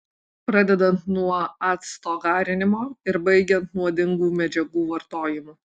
pradedant nuo acto garinimo ir baigiant nuodingų medžiagų vartojimu